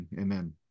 Amen